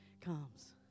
comes